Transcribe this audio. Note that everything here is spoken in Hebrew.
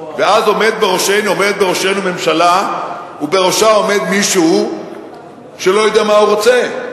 ואז עומדת בראשנו ממשלה ובראשה עומד מישהו שלא יודע מה הוא רוצה.